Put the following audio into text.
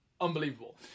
unbelievable